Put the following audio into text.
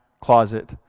closet